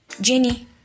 Jenny